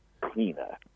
cleaner